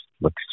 looks